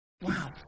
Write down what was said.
Wow